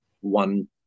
one